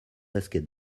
basket